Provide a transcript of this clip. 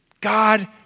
God